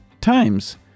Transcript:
times